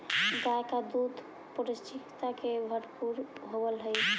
गाय का दूध पौष्टिकता से भरपूर होवअ हई